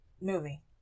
movie